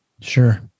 Sure